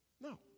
No